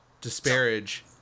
disparage